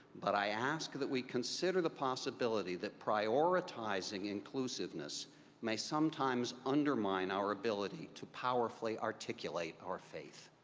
but i ask that we consider the possibility that prioritizeing inclusiveness may sometimes undermine our ability to powerfully articulate our faith.